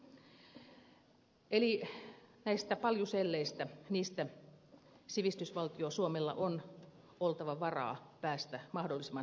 eli näistä paljuselleistä sivistysvaltio suomella on oltava varaa päästä mahdollisimman nopeasti eroon